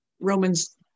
Romans